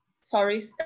sorry